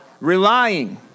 relying